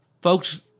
Folks